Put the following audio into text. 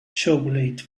chocolate